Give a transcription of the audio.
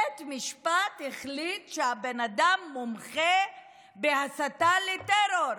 בית משפט החליט שהבן-אדם מומחה בהסתה לטרור,